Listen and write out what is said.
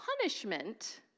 punishment